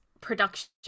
production